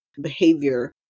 behavior